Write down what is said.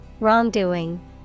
Wrongdoing